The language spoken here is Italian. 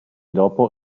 dopo